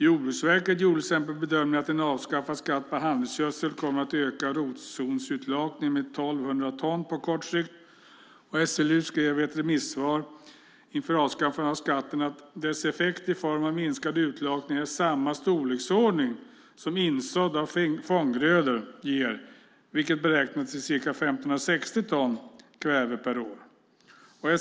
Jordbruksverket har till exempel gjort bedömningen att en avskaffad skatt på handelsgödsel på kort sikt ökar rotzonsutlakningen med 1 200 ton. SLU skriver i sitt remissvar inför avskaffandet av skatten på handelsgödsel att dess effekt i form av minskad utlakning är i samma storleksordning som den effekt som insådd av fånggrödor ger, vilket beräknats till ca 1 560 ton kväve per år.